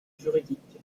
juridique